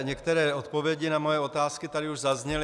Některé odpovědi na moje otázky tady už zazněly.